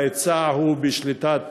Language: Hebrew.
ההיצע הוא בשליטת